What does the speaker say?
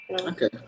okay